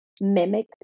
mimic